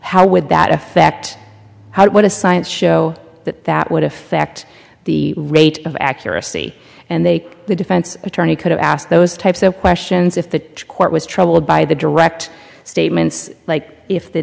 how would that affect how does science show that that would affect the rate of accuracy and they the defense attorney could have asked those types of questions if the court was troubled by the direct statements like if the